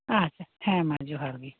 ᱟᱪᱪᱷᱟ ᱦᱮᱸ ᱢᱟ ᱡᱚᱦᱟᱨ ᱜᱮ